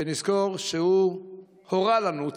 נזכור שהוא הורה לנו,